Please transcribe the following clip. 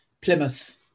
Plymouth